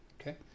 Okay